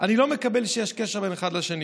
אני לא מקבל שיש קשר בין אחד לשני.